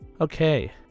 Okay